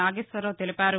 నాగేశ్వరరావు తెలిపారు